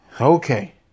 Okay